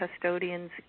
custodians